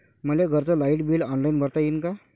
मले घरचं light bill online भरता येईन का?